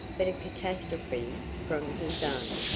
but a catastrophe from his own.